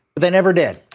they never did.